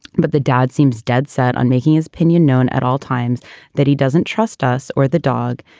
but the dad seems dead set on making his opinion known at all times that he doesn't trust us or the dog,